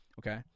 Okay